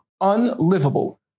Unlivable